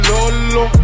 Lolo